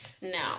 No